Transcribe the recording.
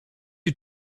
you